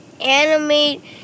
animate